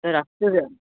sir ಆಗ್ತದ